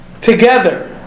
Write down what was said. together